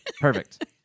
Perfect